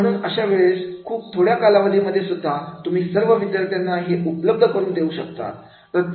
आणि म्हणून अशा वेळेस खूप थोड्या कालावधीमध्ये सुद्धा तुम्ही सर्व विद्यार्थ्यांना उपलब्ध असू शकता